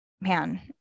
man